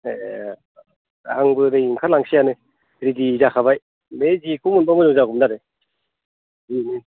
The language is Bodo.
ए आंबो नै ओंखारलांसैयानो रिदि जाखाबाय बे जेखौ मोनबा मोजां जागौमोन आरो